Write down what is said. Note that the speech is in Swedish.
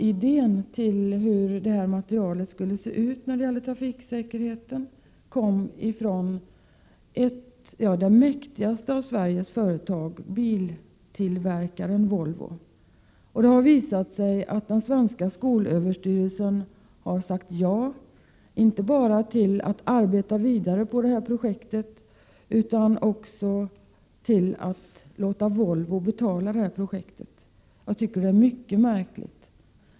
Idén till utformningen av detta material om trafiksäkerheten kom från det mäktigaste av Sveriges företag, biltillverkaren Volvo. Den svenska skolöverstyrelsen har sagt ja inte bara till att man arbetar vidare på detta projekt utan också till att låta Volvo betala projektet. Jag tycker att detta är mycket märkligt.